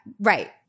Right